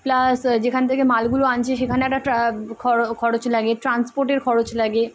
plus যেখান থেকে মালগুলো আনছে সেখানে একটা খরচ লাগে ট্রান্সপোর্টের খরচ লাগে